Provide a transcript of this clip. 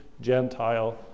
Gentile